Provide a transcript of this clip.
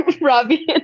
Robbie